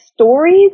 stories